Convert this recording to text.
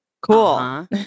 Cool